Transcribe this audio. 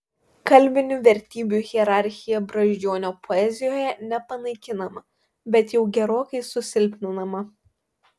kalbinių vertybių hierarchija brazdžionio poezijoje nepanaikinama bet jau gerokai susilpninama